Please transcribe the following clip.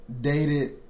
dated